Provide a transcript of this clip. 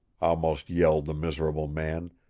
almost yelled the miserable man.